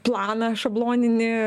planą šabloninį